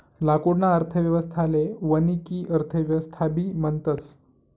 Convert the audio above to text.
लाकूडना अर्थव्यवस्थाले वानिकी अर्थव्यवस्थाबी म्हणतस